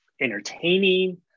entertaining